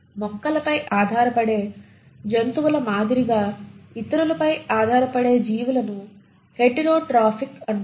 మొక్కలపై ఆధారపడే జంతువుల మాదిరిగా ఇతరులపై ఆధారపడే జీవులను హెటెరోట్రోఫిక్ అంటారు